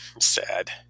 sad